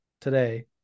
today